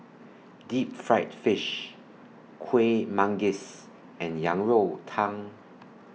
Deep Fried Fish Kuih Manggis and Yang Rou Tang